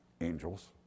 angels